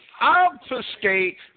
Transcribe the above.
obfuscate